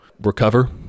recover